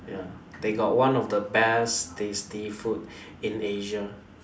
ya they got one of the best tasty food in Asia